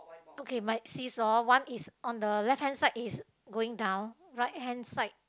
okay my seasaw one is on the left hand side is going down right hand side